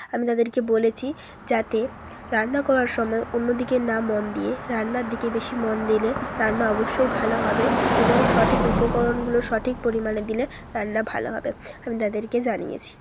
আমি তাদেরকে বলেছি যাতে রান্না করার সময় অন্যদিকে না মন দিয়ে রান্নার দিকে বেশি মন দিলে রান্না অবশ্যই ভালো হবে এবং সঠিক উপকরণগুলো সঠিক পরিমাণে দিলে রান্না ভালো হবে আমি তাদেরকে জানিয়েছি